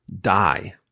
die